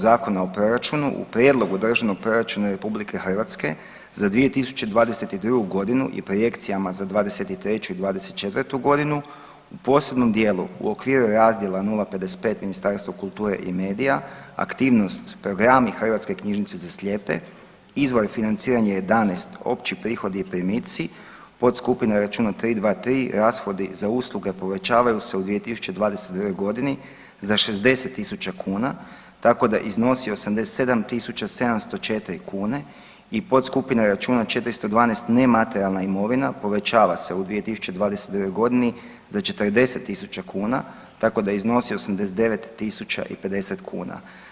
Zakona o proračunu u prijedlogu Državnog proračuna RH za 2022.g. i projekcijama za '23. i '24.g. u posebnom dijelu u okviru razdjela 055 Ministarstvo kulture i medija, aktivnost Programi hrvatske knjižnice za slijepe izvore financiranja 11 opći prihodi i primici, podskupina računa 323 rashodi za usluge povećavaju se u 2022.g. za 60.000 kuna tako da iznosi 87.704 kuna i podskupina računa 412 nematerijalna imovina povećava se u 2022.g. za 40.000 kuna tako da iznosi 89.050 kuna.